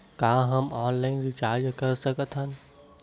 का हम online recharge कर सकत हन?